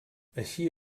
així